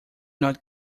not